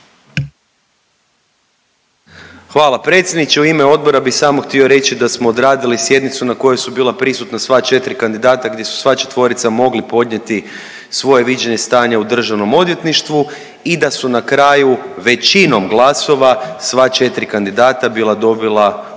Hvala predsjedniče. U ime odbora bi samo htio reći da smo odradili sjednicu na kojoj su bila prisutna sva četiri kandidata gdje su sva četvorica mogli podnijeti svoje viđenje stanja u Državnom odvjetništvu i da su na kraju većinom glasova sva četiri kandidata bila dobila pozitivno